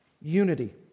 Unity